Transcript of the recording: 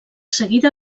seguida